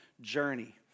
journey